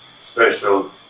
special